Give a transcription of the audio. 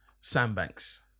sandbanks